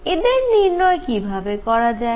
এদের নির্ণয় কি ভাবে করা যায়